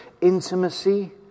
intimacy